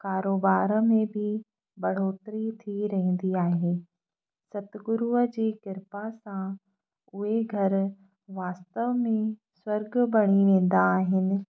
कारोबार में बि बढ़ोतरी थी रहंदी आहे सतगुरूअ जी कृपा सां उहे घर वास्तव में स्वर्ग बणी वेंदा आहिनि